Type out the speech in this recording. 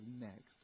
next